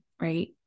right